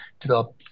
develop